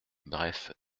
bref